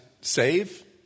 save